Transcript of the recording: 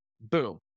Boom